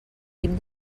guim